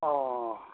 अँ